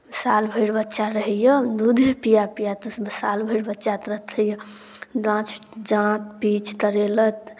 साल भरि बच्चा रहैए दूधे पिया पियाते साल भरि बच्चाते रखैए जाँच जाँत पीच तरेलत